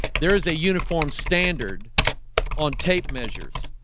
there is a uniform standard on tape measures